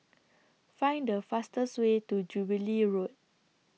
Find The fastest Way to Jubilee Road